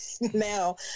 now